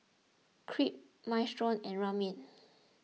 Crepe Minestrone and Ramen